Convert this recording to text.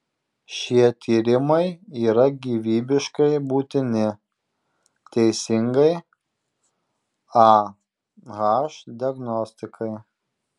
šie tyrimai yra gyvybiškai būtini teisingai ah diagnostikai